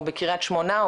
או בקריית שמונה,